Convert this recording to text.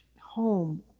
home